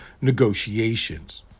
negotiations